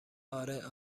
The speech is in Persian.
آره